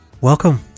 Welcome